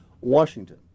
Washington